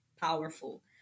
powerful